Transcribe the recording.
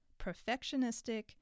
perfectionistic